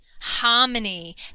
harmony